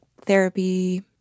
therapy